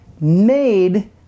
made